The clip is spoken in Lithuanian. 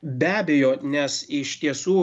be abejo nes iš tiesų